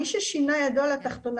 מי ששינה ידו על התחתונה.